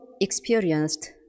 experienced